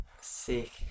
Sick